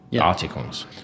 articles